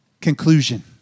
conclusion